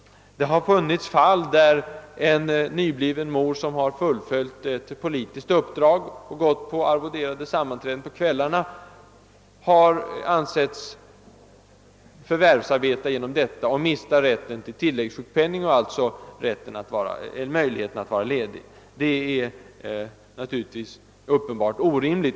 Det har funnits fall där en nybliven mor, som har fullföljt ett politiskt uppdrag och gått på arvoderade sammanträden på kvällarna, har ansetts förvärvsarbeta genom detta och mist rätten till tilläggssjukpenning och alltså möjligheten att vara ledig. Det är uppenbart orimligt.